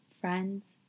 friend's